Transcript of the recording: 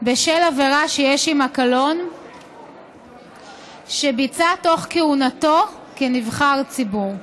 בעבירה שיש עימה קלון שביצע בכהונתו כנבחר ציבור.